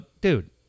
dude